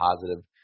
positive